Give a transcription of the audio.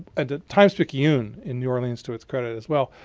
and the times-picayune in new orleans, to its credit, as well,